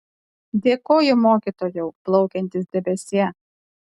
dėkoju mokytojau plaukiantis debesie